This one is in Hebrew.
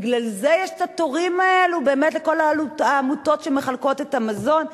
בגלל זה יש התורים האלה באמת לכל העמותות שמחלקות את המזון.